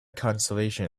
consolation